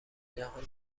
جهان